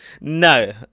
No